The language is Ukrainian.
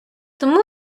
тому